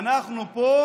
אנחנו פה,